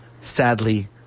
sadly